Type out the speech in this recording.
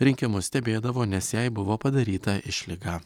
rinkimus stebėdavo nes jai buvo padaryta išlyga